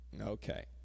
Okay